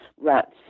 rats